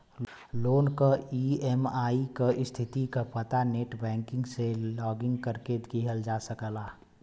loan क EMI क स्थिति क पता नेटबैंकिंग से लॉगिन करके किहल जा सकला